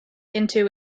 into